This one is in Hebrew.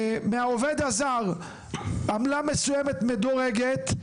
מקבלים מהעובד הזר עמלה מסוימת, מדורגת.